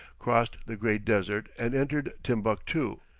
crossed the great desert and entered timbuctoo,